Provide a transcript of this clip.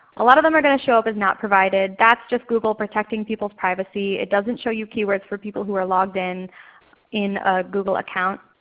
a lot of them are going to show up as not provided. that's just google protecting people's privacy. it doesn't show you keywords for people who are logged in in a google account.